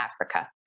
Africa